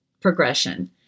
progression